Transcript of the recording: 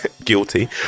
guilty